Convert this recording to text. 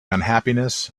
unhappiness